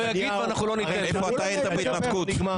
איפה אתה היית בהתנתקות?